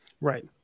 Right